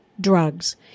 drugs